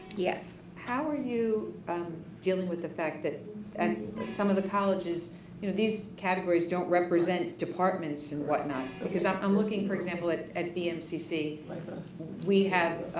yes. how are you dealing with the fact that and some of the colleges you know these categories don't represent departments and whatnot because i'm i'm looking for example at at bmcc, like we have